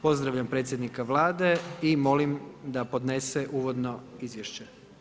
Pozdravljam predsjednika Vlade i molim da podnese uvodno izvješće.